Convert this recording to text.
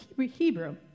Hebrew